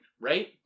right